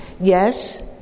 Yes